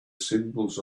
symbols